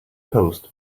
post